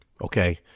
okay